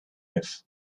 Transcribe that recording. live